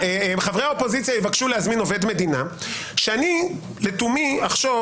חברי האופוזיציה יבקשו להזמין עובד מדינה ואני לתומי אחשוב